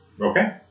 Okay